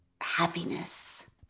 happiness